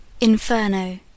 Inferno